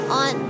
on